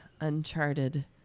uncharted